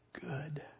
good